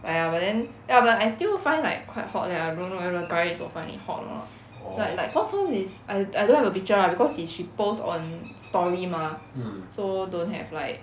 !aiya! but then ya but I still find like quite hot leh I don't know whether guys will find it hot or not like like cause cause is I I don't have a picture lah because is she post on story mah so don't have like